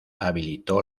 habilitó